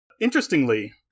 Interestingly